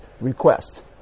request